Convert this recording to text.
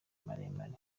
maremare